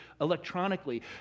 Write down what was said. electronically